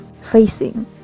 facing